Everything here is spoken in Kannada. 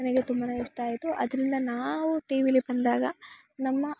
ನನಗೆ ತುಂಬಾ ಇಷ್ಟ ಆಯಿತು ಅದರಿಂದ ನಾವು ಟಿ ವೀಲಿ ಬಂದಾಗ ನಮ್ಮ